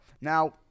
Now